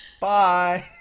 Bye